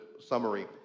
summary